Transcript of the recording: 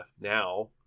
now